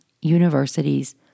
universities